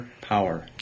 Power